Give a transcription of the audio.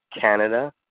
canada